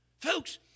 Folks